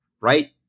right